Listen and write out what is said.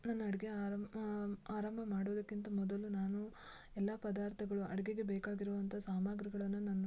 ನಾನು ಅಡುಗೆ ಆರಂಭ ಆರಂಭ ಮಾಡುವುದಕ್ಕಿಂತ ಮೊದಲು ನಾನು ಎಲ್ಲ ಪದಾರ್ಥಗಳು ಅಡುಗೆಗೆ ಬೇಕಾಗಿರುವಂಥ ಸಾಮಾಗ್ರಿಗಳನ್ನು ನಾನು